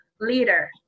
leader